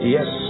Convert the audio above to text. Yes